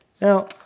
Now